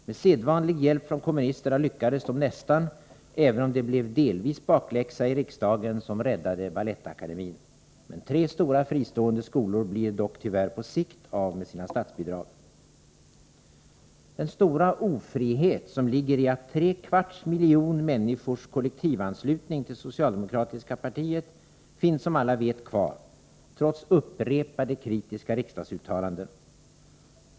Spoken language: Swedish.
Med sedvanlig hjälp från kommunisterna lyckades de nästan, även om det blev delvis bakläxa i riksdagen, som räddade Balettakademin. Tre stora fristående skolor blir dock tyvärr på sikt av med sina statsbidrag. Den stora ofrihet som ligger i 3/4 miljon människors kollektivanslutning till socialdemokratiska partiet finns som alla vet kvar, trots upprepade kritiska riksdagsuttalanden.